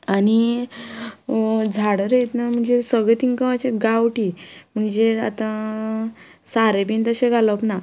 आनी झाडां रयतना म्हणजे सगळे तिंका अशे गांवठी म्हणजे आतां सारें बी तशें घालप ना